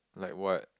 like what